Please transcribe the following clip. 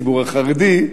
הציבור החרדי,